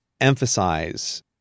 emphasize